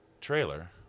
trailer